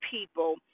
people